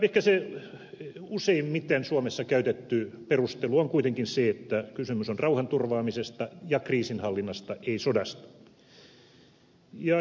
ehkä se useimmiten suomessa käytetty perustelu on kuitenkin se että kysymys on rauhanturvaamisesta ja kriisinhallinnasta ei sodasta